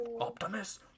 Optimus